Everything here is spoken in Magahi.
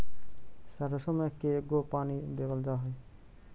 सरसों में के गो पानी देबल जा है?